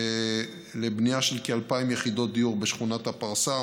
לבנייה של כ-2,000 יחידות דיור בשכונת הפרסה,